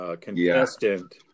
Contestant